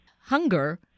hunger